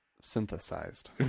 synthesized